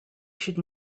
should